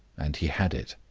and he had it.